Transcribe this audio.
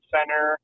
Center